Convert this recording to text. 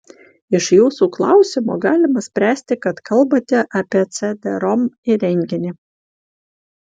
iš jūsų klausimo galima spręsti kad kalbate apie cd rom įrenginį